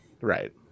Right